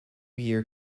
year